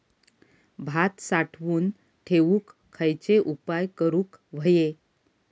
भात साठवून ठेवूक खयचे उपाय करूक व्हये?